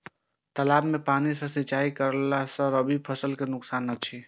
तालाब के पानी सँ सिंचाई करला स रबि फसल के नुकसान अछि?